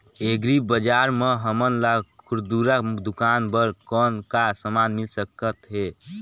Agri बजार म हमन ला खुरदुरा दुकान बर कौन का समान मिल सकत हे?